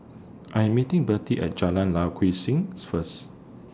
I Am meeting Bette At Jalan Lye Kwee Things First